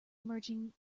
merging